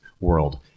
world